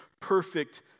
perfect